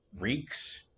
reeks